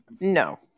No